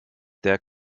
der